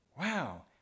Wow